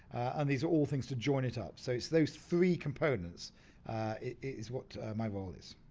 and these are all things to join it up. so it's those three components is what my role is.